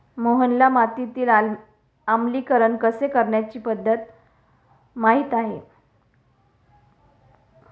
मोहनला मातीतील आम्लीकरण कमी करण्याची पध्दत माहित आहे